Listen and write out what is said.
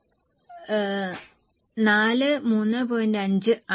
5 ആണ്